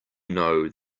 know